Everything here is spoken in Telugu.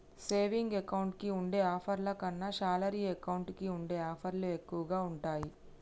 సేవింగ్ అకౌంట్ కి ఉండే ఆఫర్ల కన్నా శాలరీ అకౌంట్ కి ఉండే ఆఫర్లే ఎక్కువగా ఉంటాయి